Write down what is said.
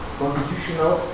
constitutional